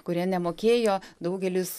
kurie nemokėjo daugelis